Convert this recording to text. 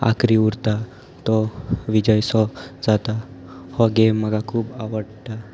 आखरी उरता तो विजय सो जाता हो गेम म्हाका खूब आवडटा